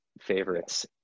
favorites